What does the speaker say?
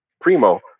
Primo